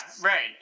Right